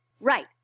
Right